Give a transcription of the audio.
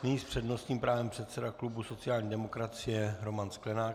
Nyní s přednostním právem předseda klubu sociální demokracie Roman Sklenák.